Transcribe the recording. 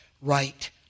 right